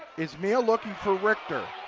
it's meehl looking for richter.